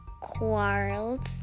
quarrels